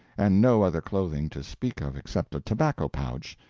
and no other clothing to speak of except a tobacco-pouch,